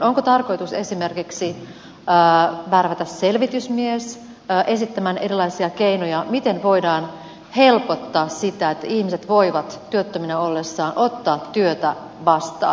onko tarkoitus esimerkiksi värvätä selvitysmies esittämään erilaisia keinoja miten voidaan helpottaa sitä että ihmiset voivat työttöminä ollessaan ottaa työtä vastaan